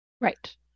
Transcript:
Right